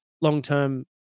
long-term